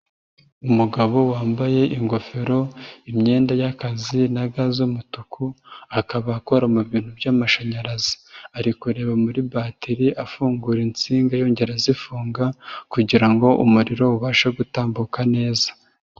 Umugabo wambaye ingofero, imyenda y'akazi na ga z'umutuku akaba akora mubintu by'amashanyarazi ari kureba muri bateri afungura insinga yongera azifunga kugira ngo umuriro ubashe gutambuka neza.